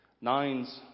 Nines